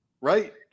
Right